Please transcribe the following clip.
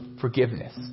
forgiveness